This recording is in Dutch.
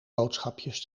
boodschapjes